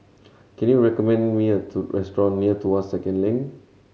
can you recommend me a to restaurant near Tuas Second Link